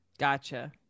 Gotcha